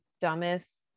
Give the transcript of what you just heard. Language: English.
dumbest